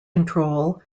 control